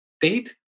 date